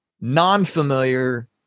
non-familiar